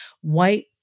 white